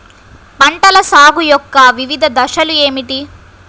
పంటల సాగు యొక్క వివిధ దశలు ఏమిటి?